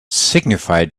signified